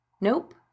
Nope